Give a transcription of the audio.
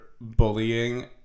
bullying